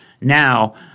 now